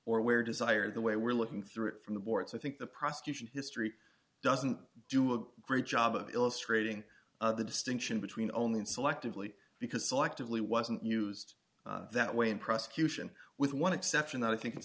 or where desire the way we're looking through it from the warts i think the prosecution history doesn't do a great job of illustrating the distinction between only selectively because selectively wasn't used that way in prosecution with one exception i think it's